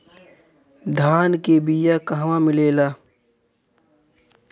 धान के बिया कहवा मिलेला?